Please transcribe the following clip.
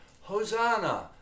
Hosanna